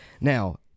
Now